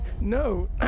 No